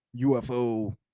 UFO